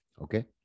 Okay